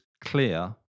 clear